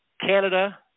Canada